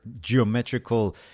geometrical